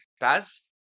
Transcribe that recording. BAS